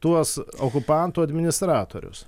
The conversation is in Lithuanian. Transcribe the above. tuos okupantų administratorius